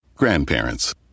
Grandparents